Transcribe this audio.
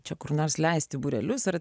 čia kur nors leisti būrelius ar